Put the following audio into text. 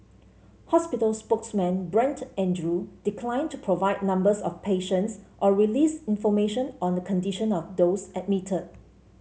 hospital spokesman Brent Andrew declined to provide numbers of patients or release information on the condition of those admitted